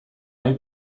های